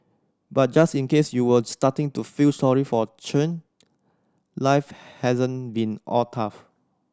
but just in case you were starting to feel sorry for Chen life hasn't been all tough